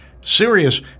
serious